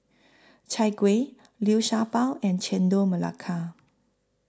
Chai Kueh Liu Sha Bao and Chendol Melaka